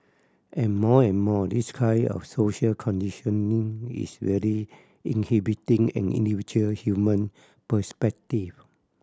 and more and more this kind of social conditioning is really inhibiting an individual human perspective